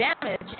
damage